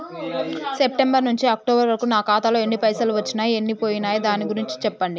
September నుంచి October వరకు నా ఖాతాలో ఎన్ని పైసలు వచ్చినయ్ ఎన్ని పోయినయ్ దాని గురించి చెప్పండి?